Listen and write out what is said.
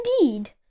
Indeed